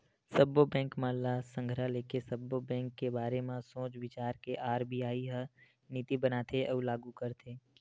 सब्बो बेंक मन ल संघरा लेके, सब्बो बेंक के बारे म सोच बिचार के आर.बी.आई ह नीति बनाथे अउ लागू करथे